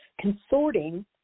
consorting